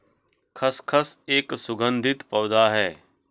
खसखस एक सुगंधित पौधा है